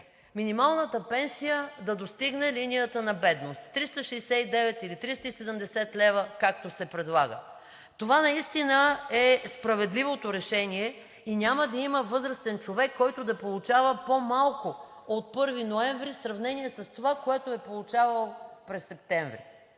минималната пенсия да достигне линията на бедност – 369 или 370 лв., както се предлага. Това наистина е справедливото решение и няма да има възрастен човек, който да получава по-малко от 1 ноември в сравнение с това, което е получавал през септември.